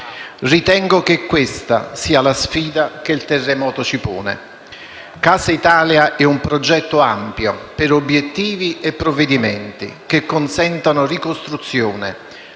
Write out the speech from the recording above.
Ritengo che questa sia la sfida che il terremoto ci pone. Casa Italia è un progetto ampio per obiettivi e provvedimenti che consentano ricostruzione,